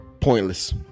pointless